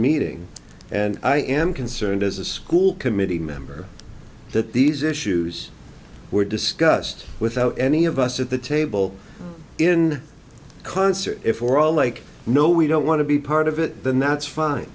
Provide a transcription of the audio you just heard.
meeting and i am concerned as a school committee member that these issues were discussed without any of us at the table in concert if we're all like no we don't want to be part of it then that's fine